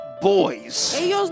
boys